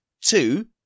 two